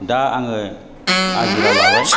दा आङो आजिरा लाबाय